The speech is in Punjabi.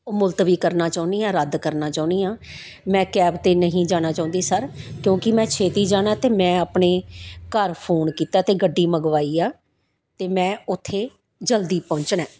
ਉਹ ਮੁਲਤਵੀ ਕਰਨਾ ਚਾਹੁੰਦੀ ਹਾਂ ਰੱਦ ਕਰਨਾ ਚਾਹੁੰਦੀ ਹਾਂ ਮੈਂ ਕੈਬ 'ਤੇ ਨਹੀਂ ਜਾਣਾ ਚਾਹੁੰਦੀ ਸਰ ਕਿਉਂਕਿ ਮੈਂ ਛੇਤੀ ਜਾਣਾ ਤਾਂ ਮੈਂ ਆਪਣੇ ਘਰ ਫੋਨ ਕੀਤਾ ਅਤੇ ਗੱਡੀ ਮੰਗਵਾਈ ਆ ਅਤੇ ਮੈਂ ਉੱਥੇ ਜਲਦੀ ਪਹੁੰਚਣਾ